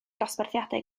dosbarthiadau